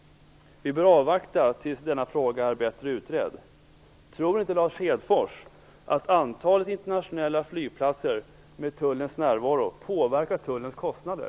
Vi bör avvakta tills denna fråga är bättre utredd. Tror inte Lars Hedfors att antalet internationella flygplatser med tullnärvaro påverkar tullens kostnader?